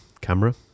camera